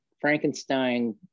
Frankenstein